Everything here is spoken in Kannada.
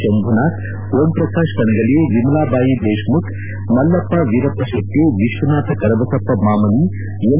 ಶಂಭುನಾಥ್ ಓಂಪ್ರಕಾಶ್ ಕಣಗಲಿ ವಿಮಲಾಬಾಯಿ ದೇಶ್ಮುಖ್ ಮಲ್ಲಪ್ಪ ವೀರಪ್ಪ ಶೆಟ್ಲ ವಿಶ್ವನಾಥ ಕರಬಸಪ್ಪ ಮಾಮಿನಿ ಎಂ